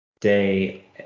day